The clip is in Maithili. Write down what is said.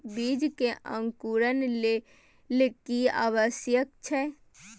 बीज के अंकुरण के लेल की आवश्यक छै?